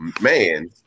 man